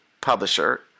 publisher